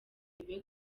bebe